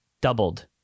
Doubled